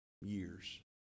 years